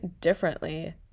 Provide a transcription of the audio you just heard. differently